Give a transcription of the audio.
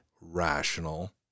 rational